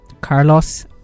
Carlos